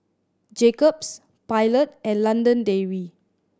Jacob's Pilot and London Dairy